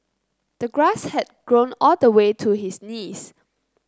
the grass had grown all the way to his knees